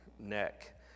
neck